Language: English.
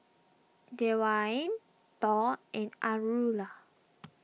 Dewayne Thor and Aurilla